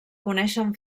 coneixen